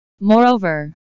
Moreover